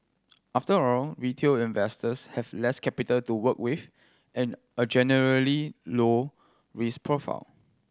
after all retail investors have less capital to work with and a generally low risk profile